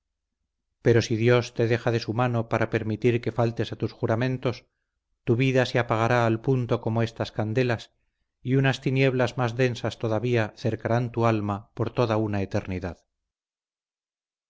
pero si dios te deja de su mano para permitir que faltes a tus juramentos tu vida se apagará al punto como estas candelas y unas tinieblas más densas todavía cercarán tu alma por toda una eternidad